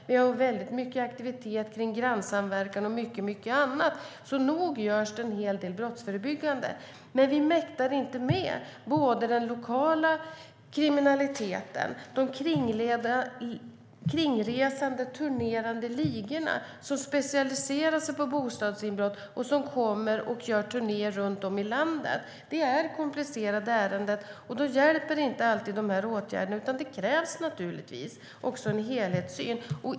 Vi har mycket aktivitet kring grannsamverkan och mycket annat. Så nog görs det en hel del brottsförebyggande. Men vi mäktar inte med både den lokala kriminaliteten och de kringresande och turnerande ligorna som specialiserar sig på bostadsinbrott runt om i landet. Det är komplicerande ärenden. Då hjälper inte alltid dessa åtgärder, utan det krävs naturligtvis också en helhetssyn.